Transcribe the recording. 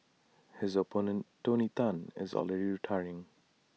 his opponent tony Tan is already retiring